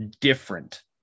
Different